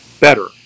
better